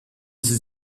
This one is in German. sie